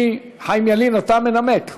חיים ילין, אתה מנמק?